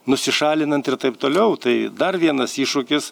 nusišalinant ir taip toliau tai dar vienas iššūkis